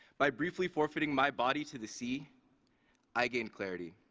by briefly forfeiting my body to the sea i gained clarity.